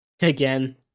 Again